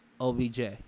OBJ